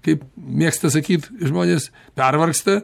kaip mėgsta sakyt žmonės pervargsta